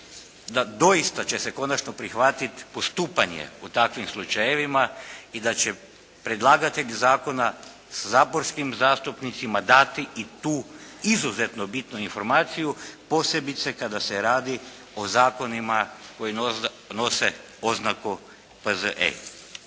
da doista će se konačno prihvatiti postupanje u takvim slučajevima i da će predlagatelj zakona saborskim zastupnicima dati i tu izuzetno bitnu informaciju posebice kada se radi o zakonima koji nose oznaku P.Z.E.